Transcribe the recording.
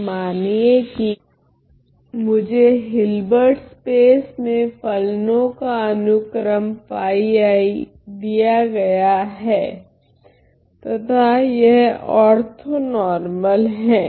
तो मानिए कि मुझे हिलबेर्ट स्पेस में फलनों का अनुक्रम दिया गया है तथा यह ओर्थोनोर्मल हैं